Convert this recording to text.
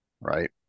right